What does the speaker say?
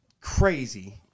crazy